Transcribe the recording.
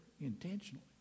intentionally